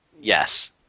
Yes